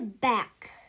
back